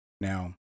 Now